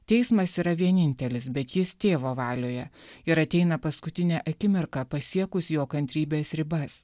teismas yra vienintelis bet jis tėvo valioje ir ateina paskutinę akimirką pasiekus jo kantrybės ribas